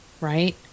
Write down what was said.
right